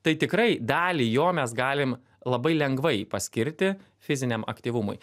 tai tikrai dalį jo mes galim labai lengvai paskirti fiziniam aktyvumui